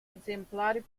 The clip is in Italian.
esemplari